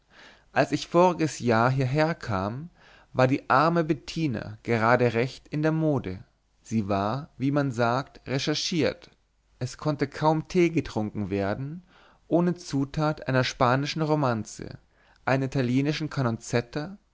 als ich voriges jahr hieher kam war die arme bettina gerade recht in der mode sie war wie man sagt recherchiert es konnte kaum tee getrunken werden ohne zutat einer spanischen romanze einer italienischen